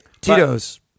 Tito's